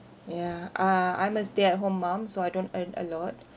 yeah uh I'm a stay at home mum so I don't earn a lot